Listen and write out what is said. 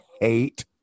hate